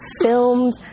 filmed